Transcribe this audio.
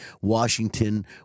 Washington